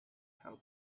how